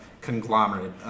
conglomerate